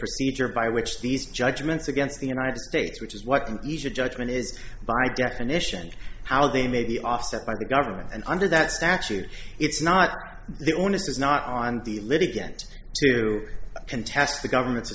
procedure by which these judgments against the united states which is what you should judgment is by definition how they may be offset by the government and under that statute it's not the onus is not on the litigant to contest the government's